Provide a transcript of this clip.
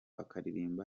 akaririmba